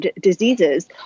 diseases